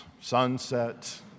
sunset